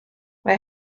mae